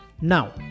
Now